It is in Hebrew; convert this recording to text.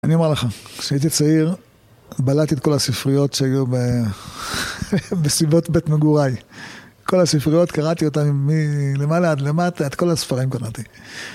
אני אומר לך, כשהייתי צעיר בלעתי את כל הספריות שהיו בסביבות בית מגוריי. כל הספריות, קראתי אותן מלמעלה עד למטה, את כל הספרים קראתי